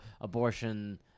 abortion